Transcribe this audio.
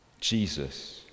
Jesus